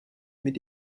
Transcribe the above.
mit